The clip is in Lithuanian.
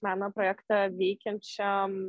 meno projektą veikiančiam